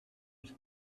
was